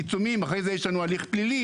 אחרי זה יש לנו הליך פליל,